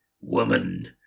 woman